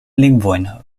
lingvojn